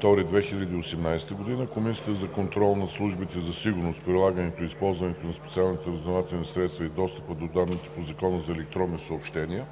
февруари 2018 г., Комисията за контрол над службите за сигурност, прилагането и използването на специалните разузнавателни средства и достъпа до данните по Закона за електронните съобщения